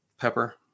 Pepper